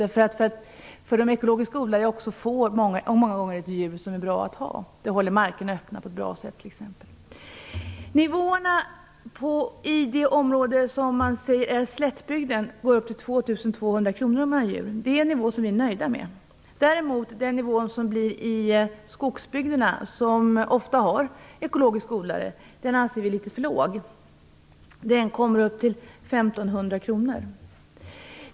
Det är nämligen bra för de ekologiska odlarna att ha får. De håller t.ex. markerna öppna. Nivåerna i de områden som man säger är slättbygd uppgår till 2 200 kr, om man har djur. Den nivån är vi nöjda med. Däremot anser vi att nivån i skogsbygderna, där det ofta finns ekologiska odlare, är litet för låg. Den är 1 500 kr.